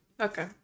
Okay